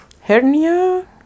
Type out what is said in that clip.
hernia